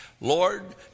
Lord